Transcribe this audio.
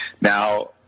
Now